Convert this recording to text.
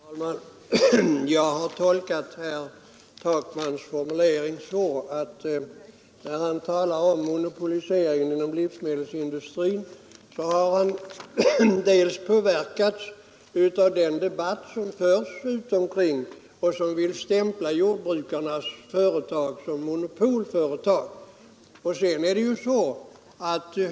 Herr talman! Jag har tolkat herr Takmans formulering så, att när han talar om monopoliseringen inom livsmedelsindustrin har han påverkats av den debatt som nu förs och som vill stämpla jordbrukarnas företag som monopolföretag.